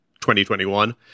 2021